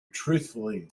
truthfully